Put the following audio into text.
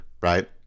right